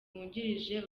wungirije